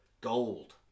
Gold